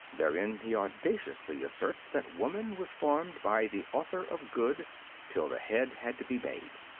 therein he audaciously asserts that woman was formed by the author of good till the head had to be made,